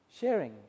sharing